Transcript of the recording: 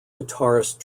guitarist